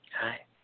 hi